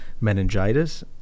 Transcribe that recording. meningitis